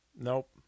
Nope